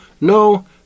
no